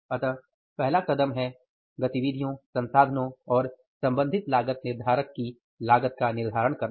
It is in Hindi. अतः पहला कदम है गतिविधियों संसाधनों और संबंधित लागत निर्धारक की लागत का निर्धारण करना